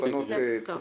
--- מי בנה את הקורס?